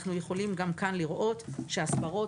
אנחנו יכולים גם כאן לראות שההסברות